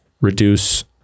reduce